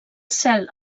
cel